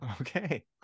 okay